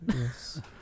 Yes